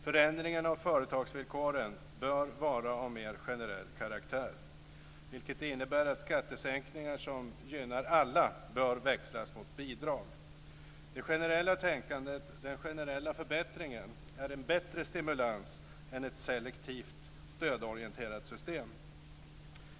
Förändringarna av företagsvillkoren bör vara av mer generell karaktär, vilket innebär att skattesänkningar som gynnar alla bör växlas mot bidrag. Det generella tänkandet, den generella förbättringen är en bättre stimulans än ett selektivt stödorienterat system.